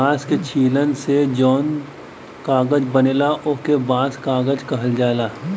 बांस के छीलन से जौन कागज बनला ओके बांस कागज कहल जाला